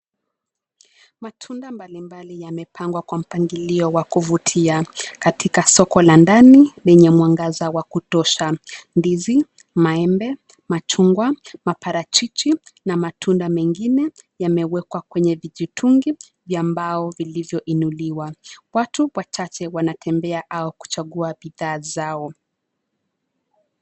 Matunda mbalimbali yamepangwa kwa mpangilio wa kuvutia. Katika soko la ndani lenye mwangaza wa kutosha. Ndizi, maembe, machungwa, maparachichi na matunda mengine yamewekwa kwenye vijitungi vya mbao vilivyo inuliwa. Watu wachache wanatembea au kuchagua bidhaa zao.